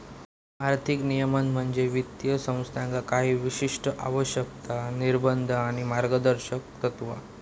आर्थिक नियमन म्हणजे वित्तीय संस्थांका काही विशिष्ट आवश्यकता, निर्बंध आणि मार्गदर्शक तत्त्वा